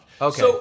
Okay